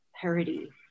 parody